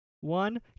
one